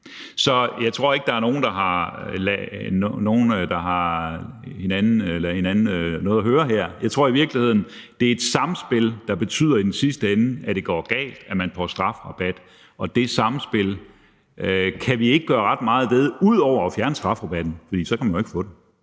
Så jeg tror ikke, der er nogen, der har noget at lade hinanden høre her. Jeg tror i virkeligheden, at det er et samspil, der betyder, at det i sidste ende går galt, og at man får en strafrabat, og det samspil kan vi ikke gøre ret meget ved ud over at fjerne strafrabatten, for så kan man jo ikke få den.